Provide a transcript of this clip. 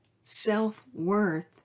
self-worth